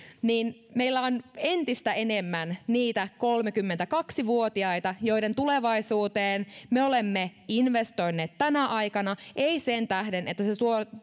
meillä on entistä enemmän niitä kolmekymmentäkaksi vuotiaita joiden tulevaisuuteen me olemme investoineet tänä aikana ei sen tähden että se